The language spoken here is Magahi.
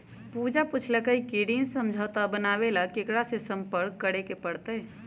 पूजा पूछल कई की ऋण समझौता बनावे ला केकरा से संपर्क करे पर तय?